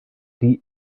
die